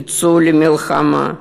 יצאו למלחמה,